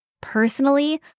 Personally